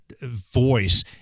voice